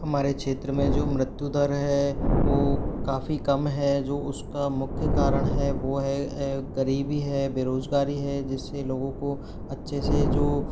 हमारे क्षेत्र में जो मृत्यु दर है वो काी कम है जो उसका मुख्य कारण है वो है ग़रीबी है बेरोज़गारी है जिससे लोगों को अच्छे से जो